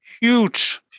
huge